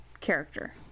character